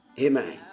Amen